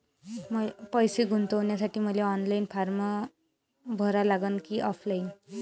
पैसे गुंतन्यासाठी मले ऑनलाईन फारम भरा लागन की ऑफलाईन?